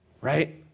right